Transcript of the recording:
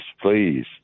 Please